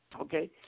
okay